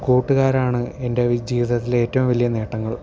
കൂട്ടുകാരാണ് എൻ്റെ ജീവിതത്തിലെ ഏറ്റവും വലിയ നേട്ടങ്ങൾ